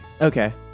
Okay